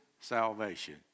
salvation